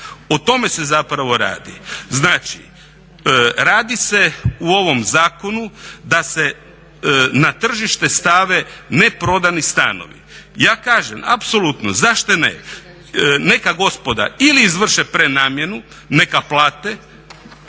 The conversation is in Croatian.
O tome se zapravo radi. Znači, radi se u ovom zakonu da se na tržište stave neprodani stanovi. Ja kažem apsolutno zašto ne. Neka gospoda ili izvrše prenamjenu, neka plate